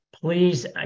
Please